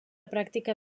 pràctica